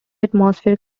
atmosphere